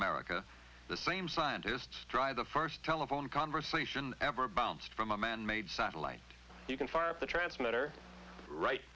america the same scientists try the first telephone conversation ever bounced from a manmade satellite you can fire the transmitter right